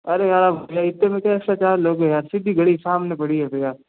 अरे यार अब भले इतने में क्या एैक्स्ट्रा चार्ज लोगे यार सीधी गली सामने पड़ी है भैया